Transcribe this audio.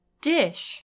dish